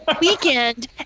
weekend